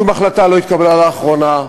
שום החלטה לא התקבלה לאחרונה,